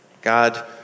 God